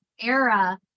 era